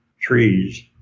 trees